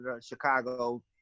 chicago